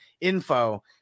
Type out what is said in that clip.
info